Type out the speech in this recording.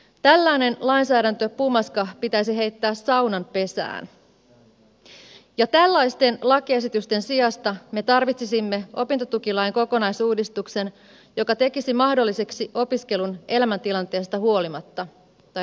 tällainen lainsäädäntöpumaska pitäisi heittää saunan pesään ja tällaisten lakiesitysten sijasta me tarvitsisimme opintotukilain kokonaisuudistuksen joka tekisi mahdolliseksi opiskelun elämäntilanteesta riippumatta